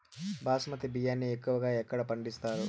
బాస్మతి బియ్యాన్ని ఎక్కువగా ఎక్కడ పండిస్తారు?